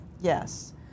Yes